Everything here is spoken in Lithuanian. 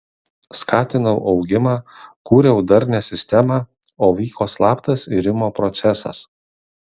skatinau augimą kūriau darnią sistemą o vyko slaptas irimo procesas